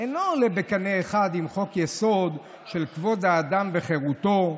אינו עולה בקנה אחד עם חוק-יסוד: כבוד האדם וחירותו,